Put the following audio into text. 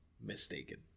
mistaken